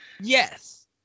Yes